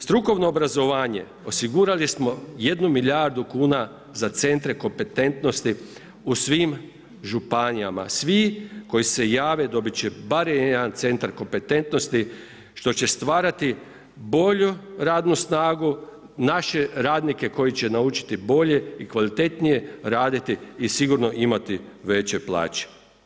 Strukovno obrazovanje osigurali smo 1 milijardu kuna za centre kompetentnosti u svim županijama, svi koji se jave dobit će barem jedan centar kompetentnosti što će stvarati bolju radnu snagu, naše radnike koji će naučiti bolje i kvalitetnije raditi i sigurno imati veće plaće.